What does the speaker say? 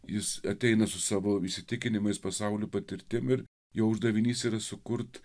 jis ateina su savo įsitikinimais pasauliu patirtim ir jo uždavinys yra sukurti